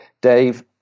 Dave